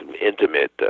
intimate